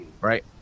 right